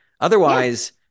Otherwise